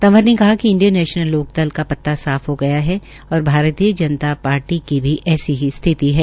तंवर ने कहा कि इंडियन नैशनल लोकदल का पत्ता साफ हो गया है और भारतीय जनता पार्टी की भी ऐसी ही स्थिति है